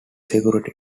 security